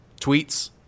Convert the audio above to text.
tweets